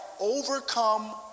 overcome